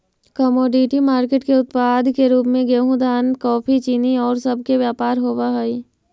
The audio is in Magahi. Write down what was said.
कमोडिटी मार्केट के उत्पाद के रूप में गेहूं धान कॉफी चीनी औउर सब के व्यापार होवऽ हई